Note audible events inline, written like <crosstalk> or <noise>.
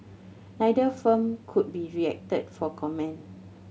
neither firm could be reacted for comment <noise>